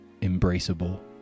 embraceable